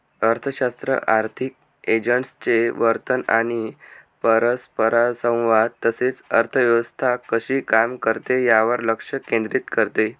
अर्थशास्त्र आर्थिक एजंट्सचे वर्तन आणि परस्परसंवाद तसेच अर्थव्यवस्था कशी काम करते यावर लक्ष केंद्रित करते